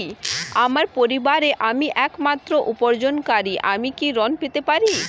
আমার পরিবারের আমি একমাত্র উপার্জনকারী আমি কি ঋণ পেতে পারি?